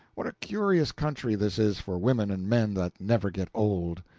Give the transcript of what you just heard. what a curious country this is for women and men that never get old.